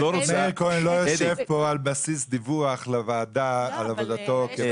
מאיר כהן לא יושב פה על בסיס דיווח לוועדה על עבודתו כשר.